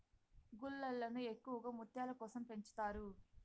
గుల్లలను ఎక్కువగా ముత్యాల కోసం పెంచుతారు